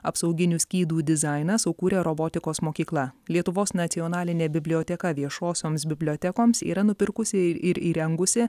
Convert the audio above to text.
apsauginių skydų dizainą sukūrė robotikos mokykla lietuvos nacionalinė biblioteka viešosioms bibliotekoms yra nupirkusi ir įrengusi